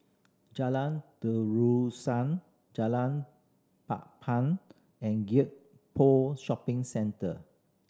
Jalan Terusan Jalan Papan and Gek Poh Shopping Centre